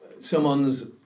someone's